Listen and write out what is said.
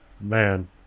Man